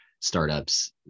startups